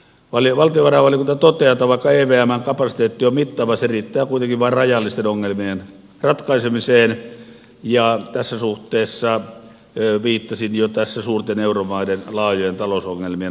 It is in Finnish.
valtiovarainvaliokunta toteaa että vaikka evmn kapasiteetti on mittava se riittää kuitenkin vain rajallisten ongelmien ratkaisemiseen ja tässä suhteessa viittasin jo tässä suurten euromaiden laajojen talousongelmien hoitokykyyn